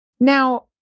Now